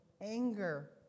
anger